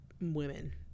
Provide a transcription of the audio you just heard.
women